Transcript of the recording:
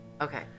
Okay